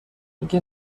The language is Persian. اگه